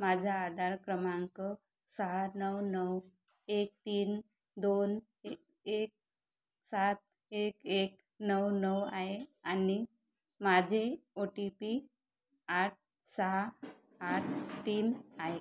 माझा आधार क्रमांक सहा नऊ नऊ एक तीन दोन ए एक सात एक एक नऊ नऊ आहे आणि माझे ओ टी पी आठ सहा आठ तीन आहे